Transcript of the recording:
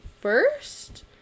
first